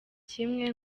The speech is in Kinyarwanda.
kimwe